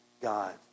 God